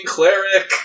Cleric